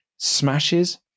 smashes